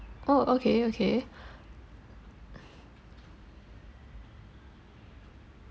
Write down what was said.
oh okay okay